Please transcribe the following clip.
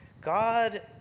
God